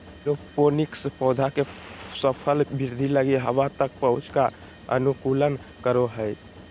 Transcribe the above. aeroponics पौधा के सफल वृद्धि लगी हवा तक पहुंच का अनुकूलन करो हइ